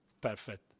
perfect